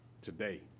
today